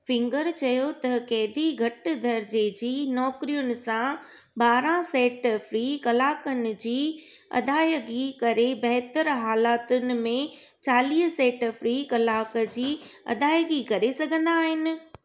finger चयो त कै़दी घटि दर्जे जी नौकिरियुनि सां ॿारहं सेंट फ़ी कलाकनि जी अदायगी करे बहितरु हालातुनि में चालीह सेंट फ़ी कलाकु जी अदायगी करे सघंदा आहिनि